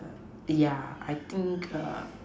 ya I think err